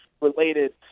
related